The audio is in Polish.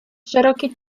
szeroki